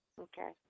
Okay